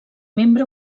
membre